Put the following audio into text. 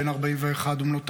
בן 41 ובנותיו,